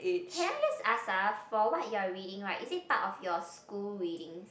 can I just ask ah for what you are reading right is it part of your school readings